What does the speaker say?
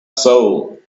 soul